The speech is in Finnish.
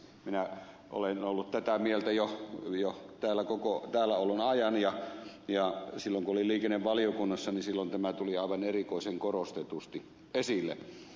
minä olen ollut tätä mieltä jo koko täälläoloajan ja silloin kun olin liikennevaliokunnassa tämä tuli aivan erikoisen korostetusti esille